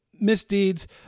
misdeeds